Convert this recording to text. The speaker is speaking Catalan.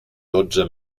dotze